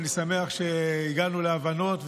ואני שמח שהגענו להבנות,